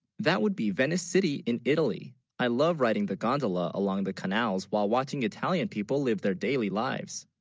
that would be venice city in italy i love riding the gondola, along the canals, while watching italian, people live, their, daily lives